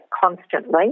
constantly